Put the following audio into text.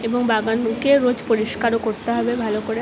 এবং বাগানকে রোজ পরিষ্কারও করতে হবে ভালো করে